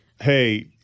Hey